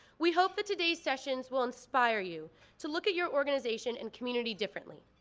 we hope that today's sessions will inspire you to look at your organization and community differently,